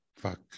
Fuck